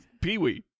Peewee